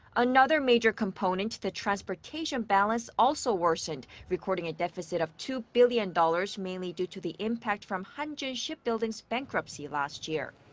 another major component, the transportation balance, also worsened, recording a deficit of two billion dollars, mainly due to the impact from hanjin shipbuilding's bankruptcy last year.